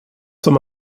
som